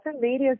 various